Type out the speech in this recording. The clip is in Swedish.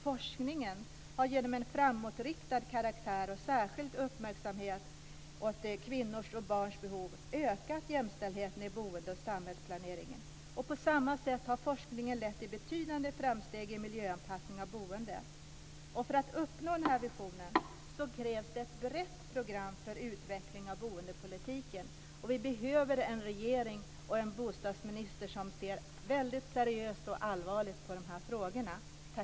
- Forskningen har genom en framåtriktad karaktär och särskild uppmärksamhet åt kvinnors och barns behov ökat jämställdheten i boende och samhällsplanering. På samma sätt har forskningen lett till betydande framsteg i miljöanpassningen av boendet. För att uppnå denna vision krävs ett brett program för utveckling av boendepolitiken." Vi behöver en regering och en bostadsminister som ser seriöst och allvarligt på de här frågorna.